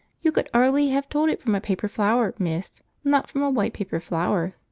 you could ardly have told it from a paper flower, miss, not from a white paper flower.